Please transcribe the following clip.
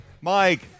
Mike